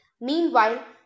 Meanwhile